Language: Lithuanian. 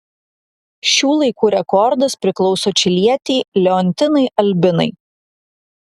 šių laikų rekordas priklauso čilietei leontinai albinai